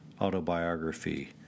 autobiography